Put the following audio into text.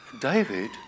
David